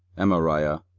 amariah,